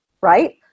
Right